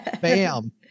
Bam